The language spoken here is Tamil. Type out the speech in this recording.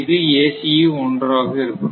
இது ACE 1 ஆக இருக்கும்